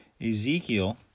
Ezekiel